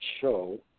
show